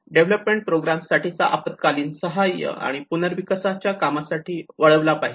development programme साठीचा निधी आपत्कालीन सहाय्य आणि पुनर्विकासाच्या कामासाठी वळवला पाहिजे